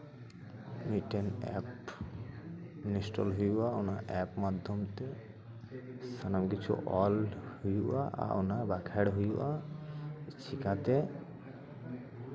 ᱢᱤᱫᱴᱮᱱ app install ᱦᱩᱭᱩᱜᱼᱟ ᱚᱱᱟ ᱮᱯ ᱢᱟᱫᱽᱫᱷᱚᱢ ᱛᱮ ᱥᱟᱱᱟᱢ ᱠᱤᱪᱷᱩ ᱚᱞ ᱦᱩᱭᱩᱜᱼᱟ ᱟᱨ ᱚᱱᱟ ᱵᱟᱸᱠᱷᱮᱲ ᱦᱩᱭᱩᱜᱼᱟ ᱪᱤᱠᱟᱹᱛᱮ